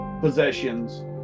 possessions